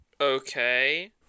Okay